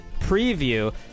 preview